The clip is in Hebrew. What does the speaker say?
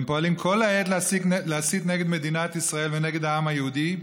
הם פועלים כל העת להסית נגד מדינת ישראל ונגד העם היהודי,